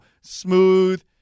smooth